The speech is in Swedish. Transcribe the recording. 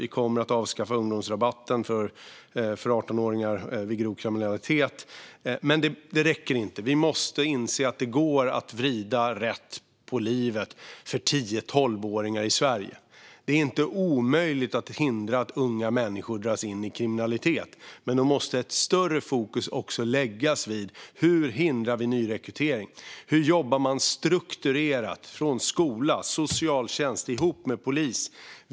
Vi kommer att avskaffa ungdomsrabatten för 18-åringar vid grov kriminalitet. Men det räcker inte. Vi måste inse att det går att vrida livet rätt för 10-12-åringar i Sverige. Det är inte omöjligt att hindra att unga människor dras in i kriminalitet. Men då måste större fokus läggas på hur vi hindrar nyrekrytering. Hur jobbar man strukturerat från skola och socialtjänst ihop med polis?